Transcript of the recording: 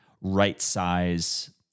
right-size